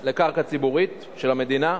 לבין קרקע ציבורית, של המדינה.